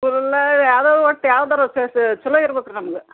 ಕುಲ್ಲಾ ಯಾವುದೋ ಒಟ್ಟು ಯಾವ್ದಾರು ಚಲೋ ಇರಬೇಕ್ರಿ ನಮ್ಗೆ